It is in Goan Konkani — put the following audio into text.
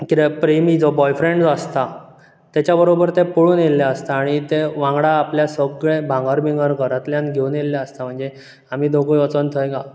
कितें प्रेमी जो बॉयफ्रेण्ड जो आसता तेच्या बरोबर तें पळून येल्लें आसता आनी तें वांगडा आपलें सगळें भांगर बिंगर घरांतल्यान घेवून येल्लें आसता म्हणजे आमी दोगूय वोचोन थंय